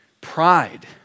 Pride